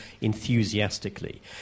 enthusiastically